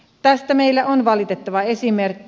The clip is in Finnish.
tästä meillä on valitettava esimerkki